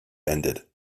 ended